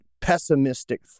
pessimistic